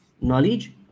Knowledge